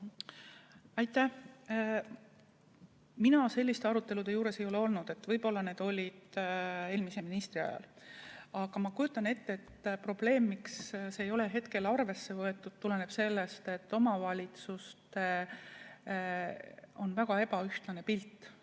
Aitäh! Mina selliste arutelude juures ei ole olnud, võib-olla olid need eelmise ministri ajal. Aga ma kujutan ette, et probleem, miks seda ei ole hetkel arvesse võetud, tuleneb sellest, et see pilt on väga ebaühtlane, mida